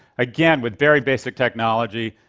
again, with very basic technology,